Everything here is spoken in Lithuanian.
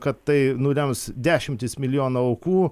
kad tai nulems dešimtis milijonų aukų